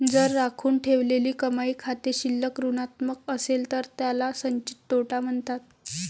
जर राखून ठेवलेली कमाई खाते शिल्लक ऋणात्मक असेल तर त्याला संचित तोटा म्हणतात